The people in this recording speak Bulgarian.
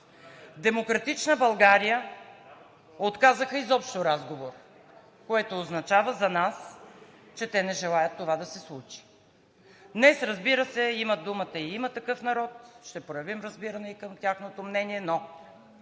„Демократична България“ отказаха изобщо разговор, което означава за нас, че те не желаят това да се случи. Днес, разбира се, имат думата от „Има такъв народ“, ще проявим разбиране и към тяхното мнение, но